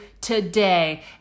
today